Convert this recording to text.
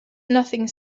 nothing